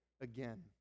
again